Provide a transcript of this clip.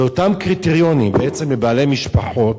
זה אותם קריטריונים בעצם לבעלי משפחות,